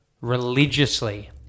religiously